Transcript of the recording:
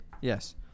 Yes